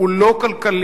הוא לא כלכלי.